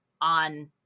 on